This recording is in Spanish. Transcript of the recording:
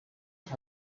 los